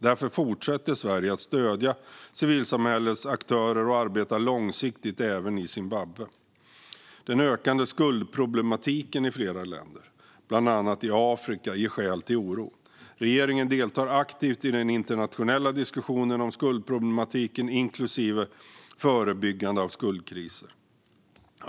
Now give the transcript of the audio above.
Därför fortsätter Sverige att stödja civilsamhällesaktörer och arbeta långsiktigt, även i Zimbabwe. Den ökande skuldproblematiken i flera länder, bland annat i Afrika, ger skäl till oro. Regeringen deltar aktivt i den internationella diskussionen om skuldproblematiken inklusive förebyggande av skuldkriser.